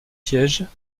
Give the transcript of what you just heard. sièges